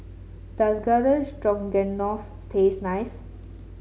does Garden Stroganoff taste nice